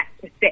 sit